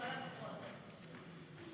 חוק הסיוע המשפטי (תיקון מס'